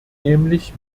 nämlich